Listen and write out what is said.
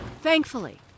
Thankfully